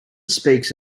speaks